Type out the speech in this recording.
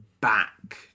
back